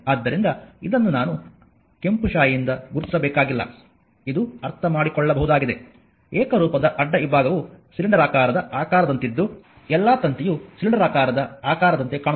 ಆದ್ದರಿಂದ ಇದನ್ನು ನಾನು ಅದನ್ನು ಕೆಂಪು ಶಾಯಿಯಿಂದ ಗುರುತಿಸಬೇಕಾಗಿಲ್ಲ ಇದು ಅರ್ಥಮಾಡಿಕೊಳ್ಳಬಹುದಾಗಿದೆ ಏಕರೂಪದ ಅಡ್ಡ ವಿಭಾಗವು ಸಿಲಿಂಡರಾಕಾರದ ಆಕಾರದಂತಿದ್ದು ಎಲ್ಲಾ ತಂತಿಯು ಸಿಲಿಂಡರಾಕಾರದ ಆಕಾರದಂತೆ ಕಾಣುತ್ತದೆ